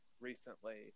recently